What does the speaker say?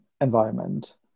environment